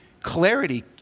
clarity